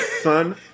son